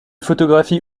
photographie